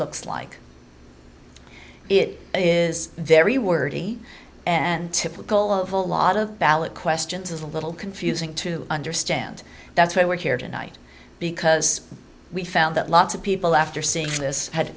looks like it is very wordy and typical of a lot of ballot questions is a little confusing to understand that's why we're here tonight because we found that lots of people after seeing this had